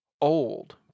old